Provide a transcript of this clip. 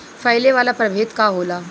फैले वाला प्रभेद का होला?